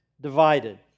divided